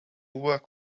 work